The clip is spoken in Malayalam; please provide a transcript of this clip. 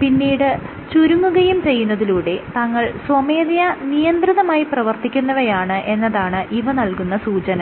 പിന്നീട് ചുരുങ്ങുകയും ചെയ്യുന്നതിലൂടെ തങ്ങൾ സ്വമേധയ നിയന്ത്രിതമായി പ്രവർത്തിക്കുന്നവയാണ് എന്നതാണ് ഇവ നൽകുന്ന സൂചന